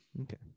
Okay